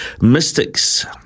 Mystics